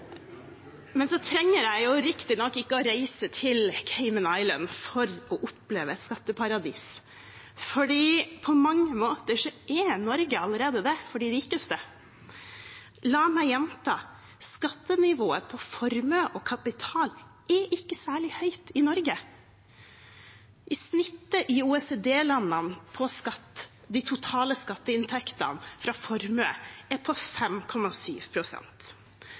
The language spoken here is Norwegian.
Men jeg trenger jo ikke å reise til Cayman Islands for å oppleve et skatteparadis, for på mange måter er Norge allerede et slikt for de rikeste. La meg gjenta: Skattenivået på formue og kapital er ikke særlig høyt i Norge. Snittet i OECD-landene for de totale skatteinntektene på formuer er på